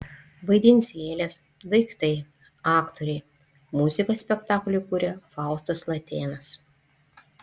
vaidins lėlės daiktai aktoriai muziką spektakliui kuria faustas latėnas